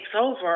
over